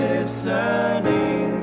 Listening